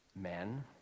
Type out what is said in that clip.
men